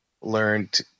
learned